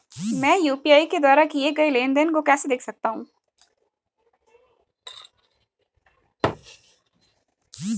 मैं यू.पी.आई के द्वारा किए गए लेनदेन को कैसे देख सकता हूं?